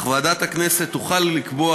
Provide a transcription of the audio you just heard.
אך ועדת הכנסת תוכל לקבוע,